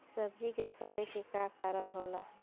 सब्जी में सड़े के का कारण होला?